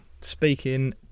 speaking